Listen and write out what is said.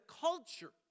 culture